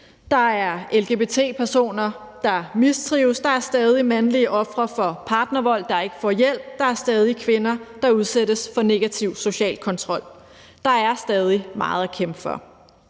der er lgbt-personer, der mistrives; der er stadig mandlige ofre for partnervold, der ikke får hjælp; der er stadig kvinder, der udsættes for negativ social kontrol. Der er stadig meget at kæmpe for.